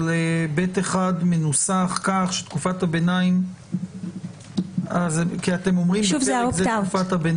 אבל (ב)(1) מנוסח כך שתקופת הביניים --- זה ה-opt out.